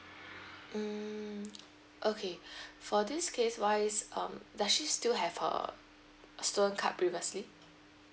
mm okay for this case wise um does she still have her student card previously